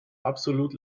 absolut